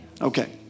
okay